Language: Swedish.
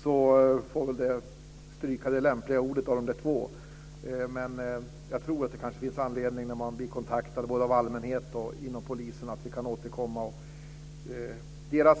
Statsrådet får väl välja det lämpliga av de två orden. Men jag tror att det finns anledning att återkomma när man blir kontaktad både av allmänhet och polisen.